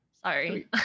Sorry